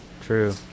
True